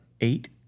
eight